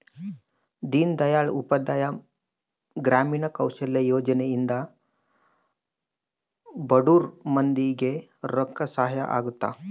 ದೀನ್ ದಯಾಳ್ ಉಪಾಧ್ಯಾಯ ಗ್ರಾಮೀಣ ಕೌಶಲ್ಯ ಯೋಜನೆ ಇಂದ ಬಡುರ್ ಮಂದಿ ಗೆ ರೊಕ್ಕ ಸಹಾಯ ಅಗುತ್ತ